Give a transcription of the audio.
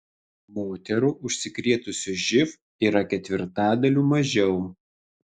moterų užsikrėtusių živ yra ketvirtadaliu mažiau